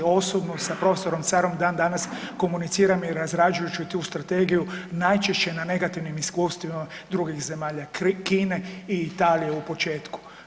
Osobno sa profesorom Carom dan danas komuniciram razrađujući tu strategiju najčešće na negativnim iskustvima drugih zemalja Kine i Italije u početku.